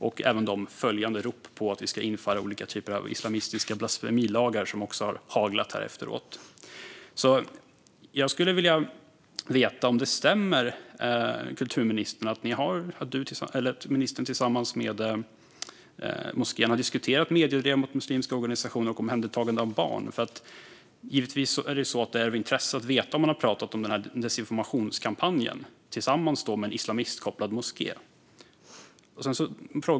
Det gäller även de rop på att vi ska införa olika typer av islamistiska blasfemilagar som har haglat efteråt. Jag skulle vilja veta om det stämmer att kulturministern tillsammans med moskén har diskuterat mediedrev mot muslimska organisationer och omhändertagande av barn. Det är givetvis av intresse att veta om man har pratat om desinformationskampanjen tillsammans med en islamistkopplad moské.